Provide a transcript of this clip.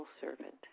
servant